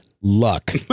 luck